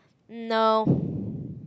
no